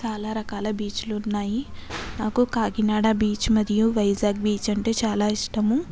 చాలా రకాల బీచ్లు ఉన్నాయి నాకు కాకినాడ బీచ్ మరియు వైజాగ్ బీచ్ అంటే చాలా ఇష్టము